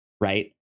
right